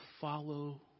Follow